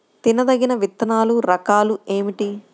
తినదగిన విత్తనాల రకాలు ఏమిటి?